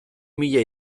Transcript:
mila